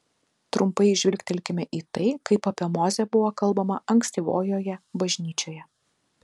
trumpai žvilgtelkime į tai kaip apie mozę buvo kalbama ankstyvojoje bažnyčioje